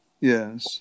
Yes